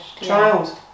child